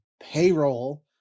payroll